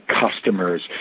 customers